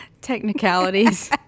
Technicalities